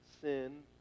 sin